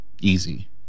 Easy